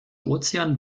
ozean